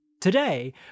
Today